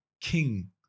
King